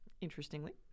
interestingly